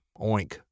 oink